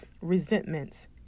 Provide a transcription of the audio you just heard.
resentments